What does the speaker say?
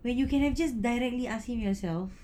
where you can have just directly asked him yourself